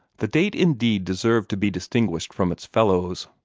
the date indeed deserved to be distinguished from its fellows.